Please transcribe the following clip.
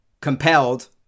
compelled